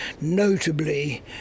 notably